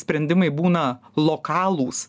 sprendimai būna lokalūs